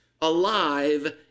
alive